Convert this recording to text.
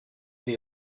that